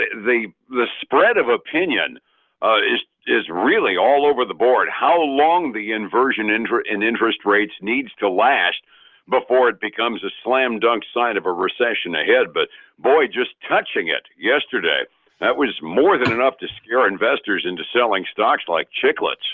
the the spread of opinion is is really all over the board how long the inversion intr ah in interest rates needs to last before it becomes a slam-dunk sign of a recession ahead, but boy just touching it yesterday that was more than enough to scare investors into selling stocks like chiclets.